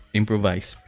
improvise